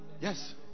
Yes